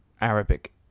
arabic